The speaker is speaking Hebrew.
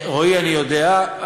רועי, אני יודע.